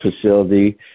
facility